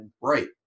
Right